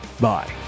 bye